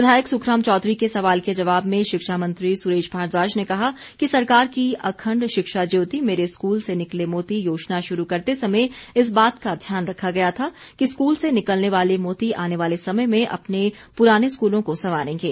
विधायक सुखराम चौधरी के सवाल के जवाब में शिक्षा मंत्री सुरेश भारदाज ने कहा कि सरकार की अखंड शिक्षा ज्योति मेरे स्कूल से निकले मोती योजना शुरू करते समय इस बात का ध्यान रखा गया था कि स्कूल से निकलने वाले मोती आने वाले समय में अपने पुराने स्कूलों को संवारेगें